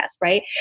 right